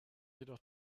jedoch